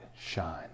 shine